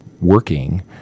working